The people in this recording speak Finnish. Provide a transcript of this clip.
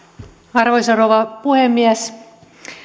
arvoisa rouva puhemies